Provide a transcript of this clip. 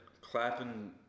clapping